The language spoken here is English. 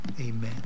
amen